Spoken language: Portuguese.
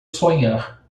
sonhar